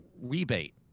rebate